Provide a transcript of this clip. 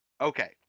Okay